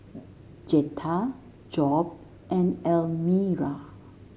Zetta Job and Elmira